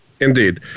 Indeed